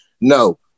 No